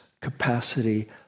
capacity